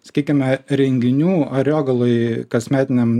sakykime renginių ariogaloj kasmetiniam